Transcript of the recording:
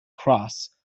cross